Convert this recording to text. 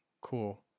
Cool